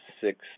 six